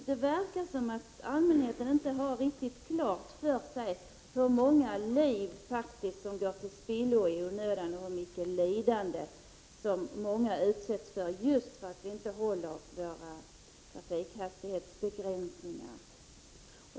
Det verkar som om allmänheten inte riktigt har klart för sig hur många liv som går till spillo i onödan och hur mycket lidande som många människor utsätts för just för att vi inte håller hastighetsbegränsningarna i trafiken.